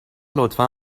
لطفا